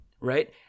right